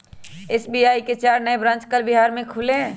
SBI के चार नए ब्रांच कल बिहार में खुलय